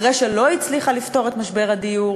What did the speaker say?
אחרי שלא הצליחה לפתור את משבר הדיור